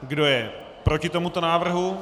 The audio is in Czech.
Kdo je proti tomuto návrhu?